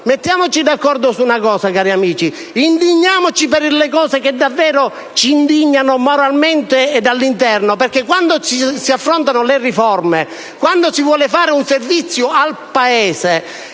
Mettiamoci d'accordo su un fatto, cari amici. Indigniamoci per le cose che davvero ci fanno indignare moralmente e dall'interno. Quando si affrontano le riforme, quando si vuole fare un servizio al Paese,